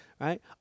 Right